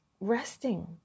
resting